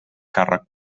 càrrec